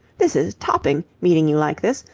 this is topping, meeting you like this.